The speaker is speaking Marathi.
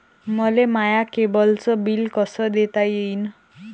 मले माया केबलचं बिल कस देता येईन?